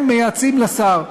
הם מייעצים לשר.